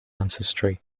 ancestry